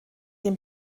dem